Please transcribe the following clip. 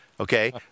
Okay